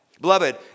beloved